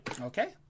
Okay